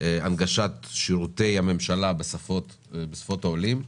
הנגשת שירותי הממשלה בשפות העולים.